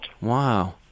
Wow